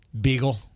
Beagle